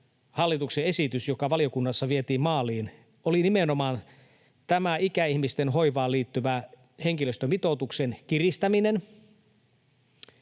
hallituksen esitys, joka valiokunnassa vietiin maaliin, oli nimenomaan tämä ikäihmisten hoivaan liittyvä henkilöstömitoituksen kiristäminen